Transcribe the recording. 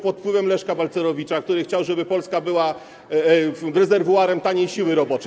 pod wpływem Leszka Balcerowicza, który chciał, żeby Polska była rezerwuarem taniej siły roboczej.